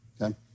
okay